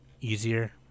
easier